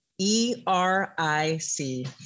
E-R-I-C